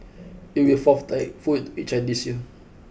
it will be the fourth typhoon to this year